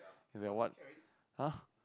it's like what [huh]